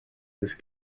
his